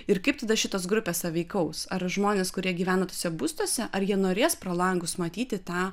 ir kaip tada šitos grupės sąveikaus ar žmonės kurie gyvena tuose būstuose ar jie norės pro langus matyti tą